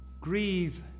Grieve